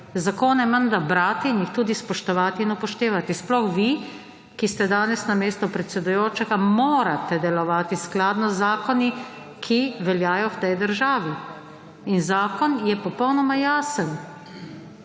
zakone menda brati in jih tudi spoštovati in upoštevati, sploh vi, ki ste danes namesto predsedujočega, morate delovati skladno z zakoni, ki veljajo v tej državi. In zakon je popolnoma jasen.